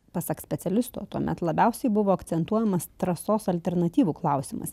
pasak specialisto tuomet labiausiai buvo akcentuojamas trasos alternatyvų klausimas